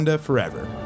forever